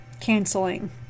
canceling